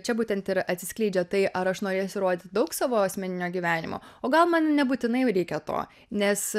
čia būtent ir atsiskleidžia tai ar aš norėsiu rodyti daug savo asmeninio gyvenimo o gal man nebūtinai jau reikia to nes